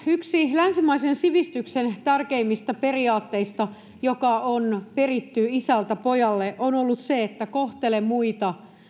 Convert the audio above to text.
yksi länsimaisen sivistyksen tärkeimmistä periaatteista joka on peritty isältä pojalle on ollut se että kohtele muita